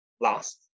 last